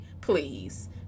please